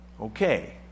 okay